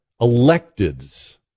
Electeds